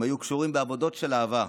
הם היו קשורים בעבותות של אהבה.